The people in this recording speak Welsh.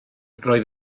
roedd